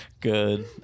good